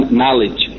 knowledge